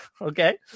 okay